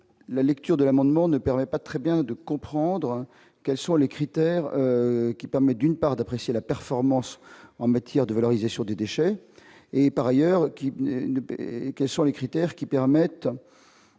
la lecture de l'amendement ne permet pas très bien de comprendre quels sont les critères qui permettent d'une part, d'apprécier la performance en matière de valorisation des déchets, et par ailleurs qu'il ne paierait quels sont les critères qui permettent